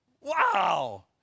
wow